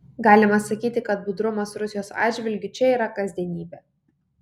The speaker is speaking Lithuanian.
galima sakyti kad budrumas rusijos atžvilgiu čia yra kasdienybė